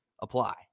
apply